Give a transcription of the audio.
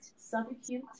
subacute